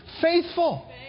faithful